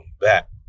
back